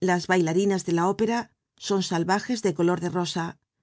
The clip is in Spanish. las bailarinas de la ópera son salvajes de color de rosa